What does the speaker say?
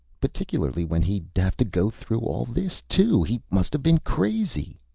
particularly when he'd have to go through all this, too! he must have been crazy!